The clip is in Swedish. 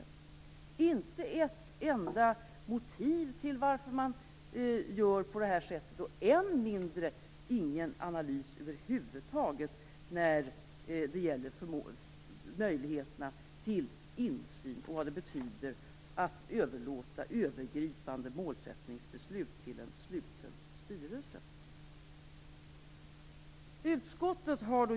Det finns inte ett enda motiv till varför man gör på detta sätt och än mindre någon analys över huvud taget när det gäller möjligheterna till insyn och vad det betyder att överlåta övergripande målsättningsbeslut till en sluten styrelse.